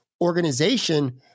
organization